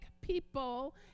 people